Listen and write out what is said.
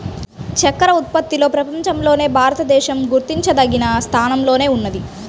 చక్కర ఉత్పత్తిలో ప్రపంచంలో భారతదేశం గుర్తించదగిన స్థానంలోనే ఉన్నది